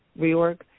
reorg